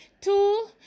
Two